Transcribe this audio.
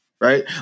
right